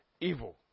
evil